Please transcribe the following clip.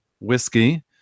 whiskey